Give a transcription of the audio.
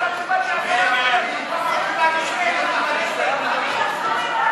ההסתייגות (15)